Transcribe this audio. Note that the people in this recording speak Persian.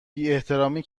احترامی